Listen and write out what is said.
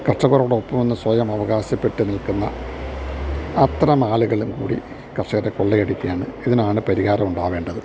കർഷകരോടൊപ്പം എന്ന് സ്വയം അവകാശപ്പെട്ടു നിൽക്കുന്ന അത്ര മാലകളും കൂടി കർഷകരെ കൊള്ളയടിക്കുക ആണ് ഇതിനാണ് പരിഹാരം ഉണ്ടാവേണ്ടത്